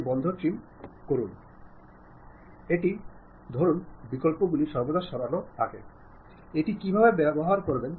ഒരു വ്യക്തിയെന്ന നിലയിൽ നിങ്ങൾക്ക് മാത്രമല്ല ഫലപ്രദമായ ആശയവിനിമയം സഹായകരമാകുന്നത്